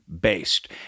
based